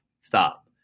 stop